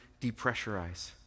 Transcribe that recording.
depressurize